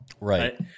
Right